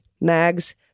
Mags